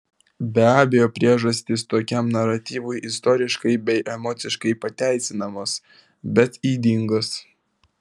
be abejo priežastys tokiam naratyvui istoriškai bei emociškai pateisinamos bet ydingos